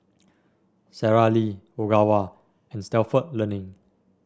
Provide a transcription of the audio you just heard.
Sara Lee Ogawa and Stalford Learning